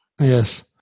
yes